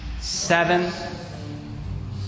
Seven